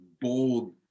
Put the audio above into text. bold